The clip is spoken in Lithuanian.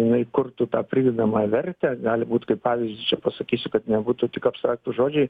jinai kurtų tą pridedamąją vertę gali būt kaip pavyzdžius čia pasakysiu kad nebūtų tik abstraktūs žodžiai